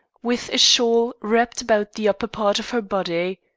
with a shawl wrapped about the upper part of her body.